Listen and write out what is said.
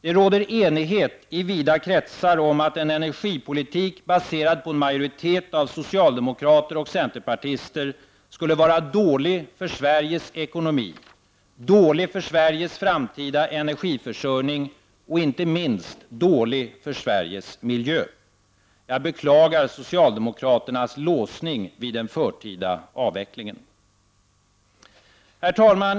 Det råder enighet i vida kretsar om att en energipolitik baserad på en majoritet av socialdemokrater och centerpartister skulle vara dålig för Sveriges ekonomi, dålig för Sveriges framtida energiförsörjning och, inte minst, dålig för Sveriges miljö. Jag beklagar socialdemokraternas låsning vid den förtida avvecklingen. Herr talman!